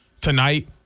tonight